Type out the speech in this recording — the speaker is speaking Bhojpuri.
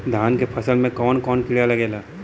धान के फसल मे कवन कवन कीड़ा लागेला?